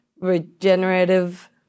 regenerative